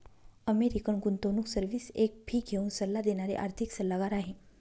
American गुंतवणूक service एक fee घेऊन सल्ला देणारी आर्थिक सल्लागार आहे